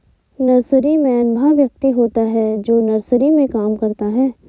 nurseryman वह व्यक्ति होता है जो नर्सरी में काम करता है